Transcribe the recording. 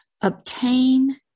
obtain